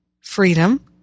freedom